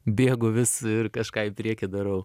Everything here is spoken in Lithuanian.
bėgu vis kažką į priekį darau